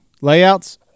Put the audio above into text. Layouts